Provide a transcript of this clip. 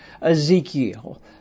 Ezekiel